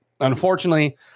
unfortunately